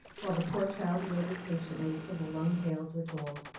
while the poor child waited patiently till the long tales were told.